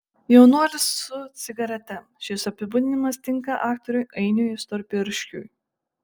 jaunuolis su cigarete šis apibūdinimas tinka aktoriui ainiui storpirščiui